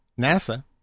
NASA